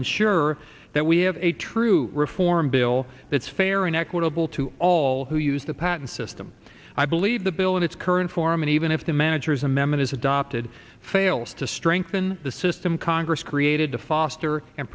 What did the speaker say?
ensure that we have a true reform bill that's fair and equitable to all who use the patent system i believe the bill in its current form and even if the manager's amendment is adopted fails to strengthen the system congress created to foster and